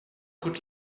good